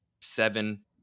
seven